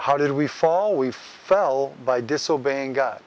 how did we fall we fell by disobeying